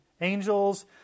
angels